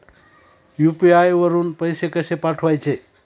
UPI वरून पैसे कसे पाठवायचे?